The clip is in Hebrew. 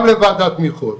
גם לוועדת תמיכות.